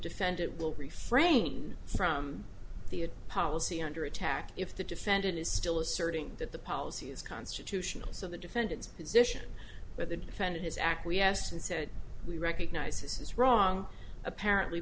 defendant will refrain from the policy under attack if the defendant is still asserting that the policy is constitutional so the defendant's position where the defendant is acquiesced and said we recognize this is wrong apparently